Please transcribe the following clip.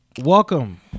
Welcome